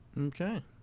Okay